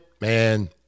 Man